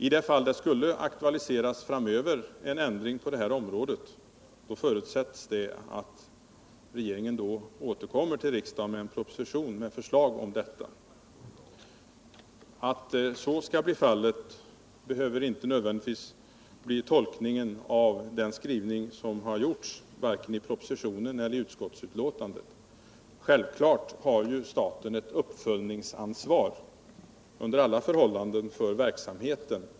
I det fall att en ändring på det här området skulle aktualiseras framöver förutsätts det att regeringen återkommer till riksdagen med en proposition med förslag om detta. Men man behöver inte nödvändigtvis tolka den skriv ning som har gjorts i propositionen eller i utskottsbetänkandet så, att — Nr 37 detta skall bli fallet. Självklart har ju staten under alla förhållanden ett Onsdagen den uppföljningsansvar för verksamheten.